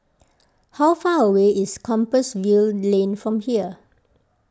how far away is Compassvale Lane from here